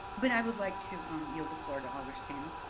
but i would like to um yield the floor to alder scannell.